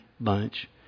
bunch